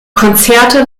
konzerte